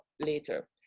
later